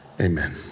Amen